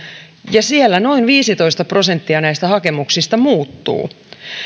ja siellä noin viisitoista prosenttia näistä hakemuksista muuttuu